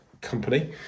company